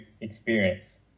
experience